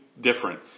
different